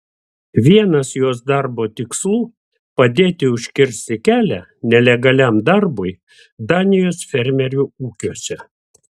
vienas jos darbo tikslų padėti užkirsti kelią nelegaliam darbui danijos fermerių ūkiuose